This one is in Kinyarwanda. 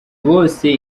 bose